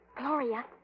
Gloria